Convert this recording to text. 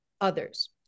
others